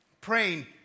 praying